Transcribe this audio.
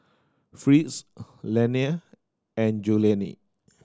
Fritz Lennie and Julianne